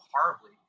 horribly